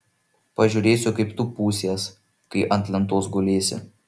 pažiūrėsiu kaip tu pūsies kai ant lentos gulėsi